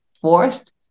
forced